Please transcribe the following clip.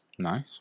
Nice